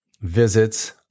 visits